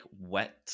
wet